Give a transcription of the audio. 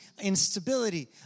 instability